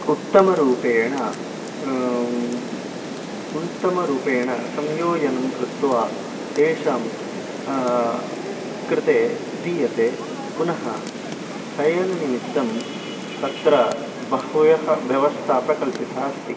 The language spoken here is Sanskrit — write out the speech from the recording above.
उत्तमरूपेण उत्तमरूपेण संयोजनं कृत्वा तेषां कृते दीयते पुनः शयननिमित्तं तत्र बह्व्यः व्यवस्थाः प्रकल्पिता अस्ति